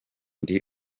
ndi